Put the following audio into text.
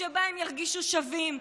שבו הם ירגישו שווים,